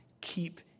keep